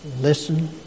Listen